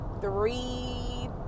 three